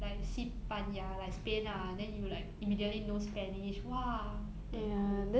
like 西班牙 like spain ah then you like immediately know spanish !wah! damn cool